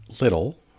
Little